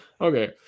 Okay